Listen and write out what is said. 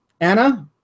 Anna